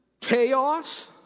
chaos